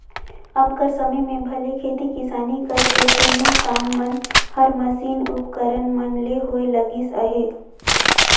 अब कर समे में भले खेती किसानी कर केतनो काम मन हर मसीनी उपकरन मन ले होए लगिस अहे